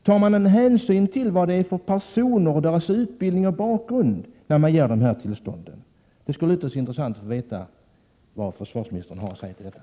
Tar man hänsyn till vilka personer det gäller, deras utbildning och bakgrund, när man ger tillstånd? Det skulle vara ytterst intressant att höra vad försvarsministern har att säga om detta.